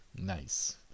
nice